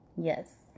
Yes